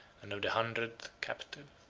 and of the hundredth captive.